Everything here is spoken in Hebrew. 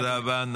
תודה רבה.